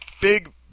Big